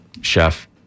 chef